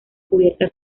cubierta